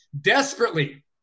desperately